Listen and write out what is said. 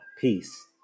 Peace